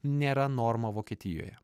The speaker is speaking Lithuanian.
nėra norma vokietijoje